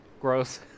gross